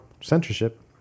censorship